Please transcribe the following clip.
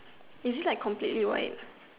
is it like completely white